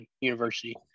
university